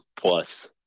plus